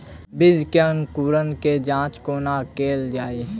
बीज केँ अंकुरण केँ जाँच कोना केल जाइ?